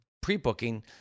pre-booking